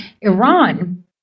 Iran